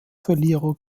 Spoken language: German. verlierer